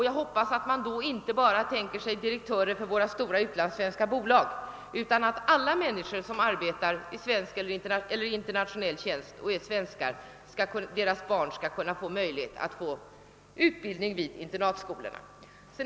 Jag hoppas att man inte tänker sig enbart barn till direktörer för våra stora utlandssvenska bolag, utan att alla barn, vilkas föräldrar arbetar i internationell tjänst och är svenskar, skall få möjlighet till utbildning vid internatskolorna.